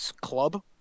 club